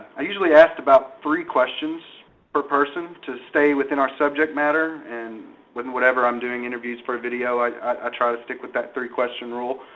i usually asked about three questions per person to stay within our subject matter. and whenever i'm doing interviews for video, i i try to stick with that three question rule.